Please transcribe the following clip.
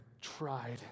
tried